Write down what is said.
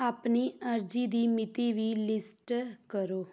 ਆਪਨੀ ਅਰਜ਼ੀ ਦੀ ਮਿਤੀ ਵੀ ਲਿਸਟ ਕਰੋ